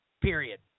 period